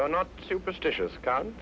e not superstitious god